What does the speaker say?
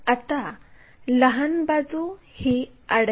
आता हे c d बिंदू जोडावे